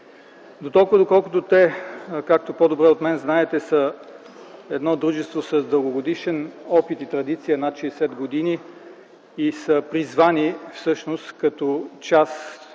Дотолкова, доколкото те, както по-добре от мен знаете, са едно дружество с дългогодишен опит и традиция – над 60 години, и са призвани всъщност, като част